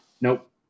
Nope